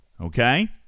Okay